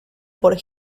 por